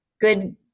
good